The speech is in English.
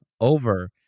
over